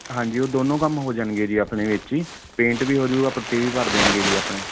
ਹਾਂਜੀ ਉਹ ਦੋਨੋਂ ਕੰਮ ਹੋ ਜਾਣਗੇ ਜੀ ਆਪਣੇ ਵਿੱਚ ਹੀ ਪੇਂਟ ਵੀ ਹੋ ਜੂਗਾ ਪੱਟੀ ਵੀ ਭਰ ਦੇਣਗੇ ਜੀ ਆਪਣੇ